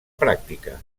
pràctica